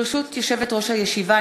ברשות יושבת-ראש הישיבה,